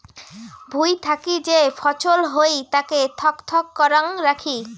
ভুঁই থাকি যে ফছল হই তাকে থক থক করাং রাখি